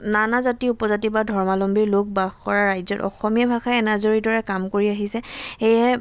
নানা জাতি উপজাতি বা ধৰ্মালম্বীৰ লোক বাস কৰা ৰাজ্যত অসমীয়া ভাষাই এনজৰিৰ দৰে কাম কৰি আহিছে সেয়েহে